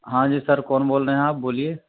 ہاں جی سر کون بول رہے ہیں آپ بولیے